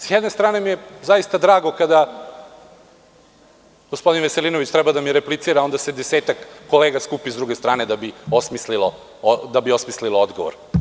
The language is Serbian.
Sa jedne strane zaista mi je drago kada gospodin Veselinović treba da mi replicira onda se desetak kolega skupi sa druge strane da bi osmislili odgovor.